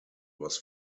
was